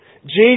Jesus